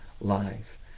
life